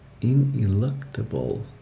ineluctable